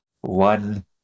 one